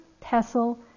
pestle